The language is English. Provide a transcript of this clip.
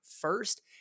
first